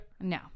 No